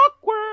awkward